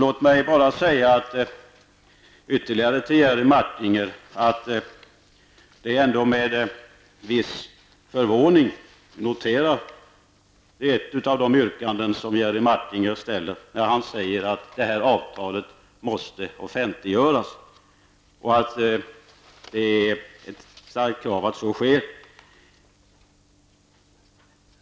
Låt mig bara ytterligare säga till Jerry Martinger, att det är med viss förvåning jag noterar ett av de yrkanden som han avger. Han säger att detta avtal måste offentliggöras, och att det är ett starkt krav att så sker.